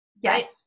Yes